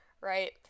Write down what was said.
Right